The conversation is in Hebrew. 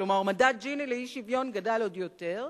כלומר מדד ג'יני לאי-שוויון מראה על גידול,